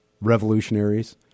Revolutionaries